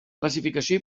classificació